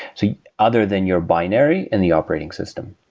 so other than your binary and the operating system.